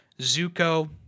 Zuko